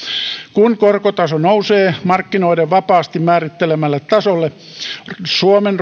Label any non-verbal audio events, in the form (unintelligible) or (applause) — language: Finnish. kun korkotaso nousee markkinoiden vapaasti määrittelemälle tasolle suomen (unintelligible)